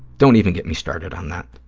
don't even get me started on that.